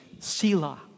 sila